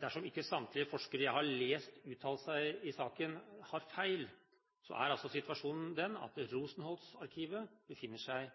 Dersom ikke samtlige forskere jeg har lest har uttalt seg i saken, tar feil, er situasjonen den at Rosenholz-arkivet befinner seg